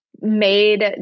made